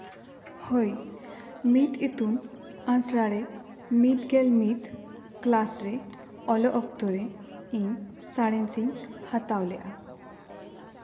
ᱦᱳᱭ ᱢᱤᱫ ᱤᱛᱩᱱ ᱟᱥᱲᱟ ᱨᱮ ᱢᱤᱫ ᱜᱮᱞ ᱢᱤᱫ ᱠᱞᱟᱥ ᱨᱮ ᱚᱞᱚᱜ ᱚᱠᱛᱚ ᱨᱮ ᱤᱧ ᱥᱟᱬᱮᱥ ᱤᱧ ᱦᱟᱛᱟᱣ ᱞᱮᱫᱟ